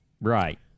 Right